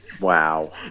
Wow